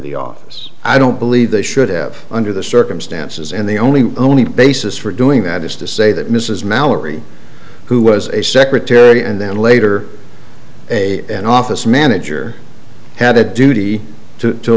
the office i don't believe they should have under the circumstances and the only only basis for doing that is to say that mrs mallory who was a secretary and then later a an office manager had a duty to